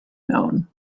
known